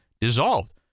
dissolved